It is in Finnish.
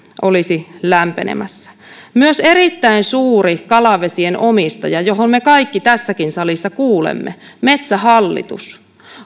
olisi lämpenemässä myös erittäin suuri kalavesien omistaja johon me kaikki tässäkin salissa kuulumme metsähallitus